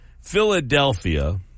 Philadelphia